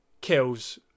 kills